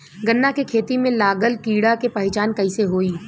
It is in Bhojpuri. गन्ना के खेती में लागल कीड़ा के पहचान कैसे होयी?